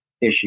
issue